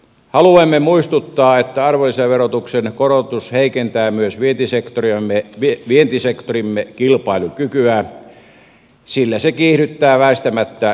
haluamme muistuttaa että arvonlisäverotuksen korotus heikentää myös vientisektorimme kilpailukykyä sillä se kiihdyttää väistämättä inflaatiota